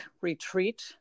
retreat